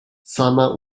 sama